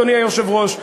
אדוני היושב-ראש,